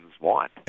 want